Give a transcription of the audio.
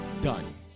done